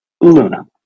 luna